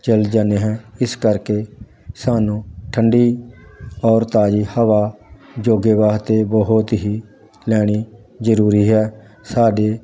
ਚੱਲ ਜਾਂਦੇ ਹਾਂ ਇਸ ਕਰਕੇ ਸਾਨੂੰ ਠੰਡੀ ਔਰ ਤਾਜ਼ੀ ਹਵਾ ਯੋਗੇ ਵਾਸਤੇ ਬਹੁਤ ਹੀ ਲੈਣੀ ਜ਼ਰੂਰੀ ਹੈ ਸਾਡੇ